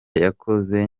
yakoze